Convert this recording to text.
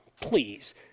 please